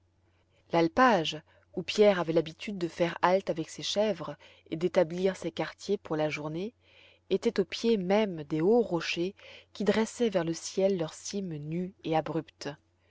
l'alpage où pierre avait l'habitude de faire halte avec ses chèvres et d'établir ses quartiers pour la journée était au pied même des hauts rochers qui dressaient vers le ciel leurs cimes nues et abruptes